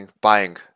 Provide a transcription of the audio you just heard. buying